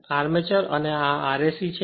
armature અને આ Rse છે